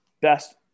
best